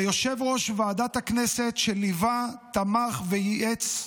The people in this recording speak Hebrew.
ליושב-ראש ועדת הכנסת, שליווה, תמך וייעץ.